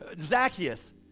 Zacchaeus